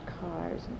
cars